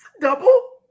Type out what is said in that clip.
double